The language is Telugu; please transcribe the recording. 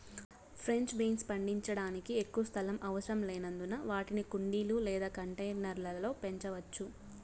ఫ్రెంచ్ బీన్స్ పండించడానికి ఎక్కువ స్థలం అవసరం లేనందున వాటిని కుండీలు లేదా కంటైనర్ల లో పెంచవచ్చు